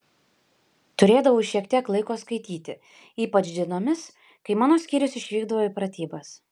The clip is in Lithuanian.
turėdavau šiek tiek laiko skaityti ypač dienomis kai mano skyrius išvykdavo į pratybas